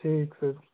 ठीक है